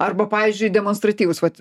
arba pavyzdžiui demonstratyvūs vat